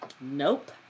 Nope